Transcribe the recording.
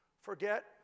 forget